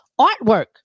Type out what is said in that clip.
artwork